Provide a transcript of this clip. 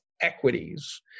equities